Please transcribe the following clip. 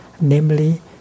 namely